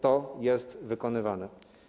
To jest wykonywane.